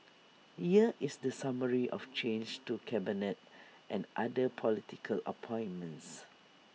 here is the summary of changes to cabinet and other political appointments